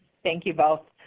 thank you both.